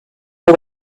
for